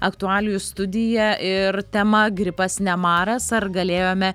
aktualijų studija ir tema gripas ne maras ar galėjome